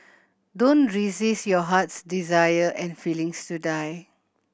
don't resist your heart's desire and feelings to die